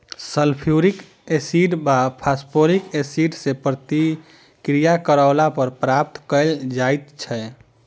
sulphuric acid वा phosphoric acid सॅ प्रतिक्रिया करौला पर प्राप्त कयल जाइत छै